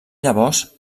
llavors